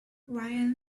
ryan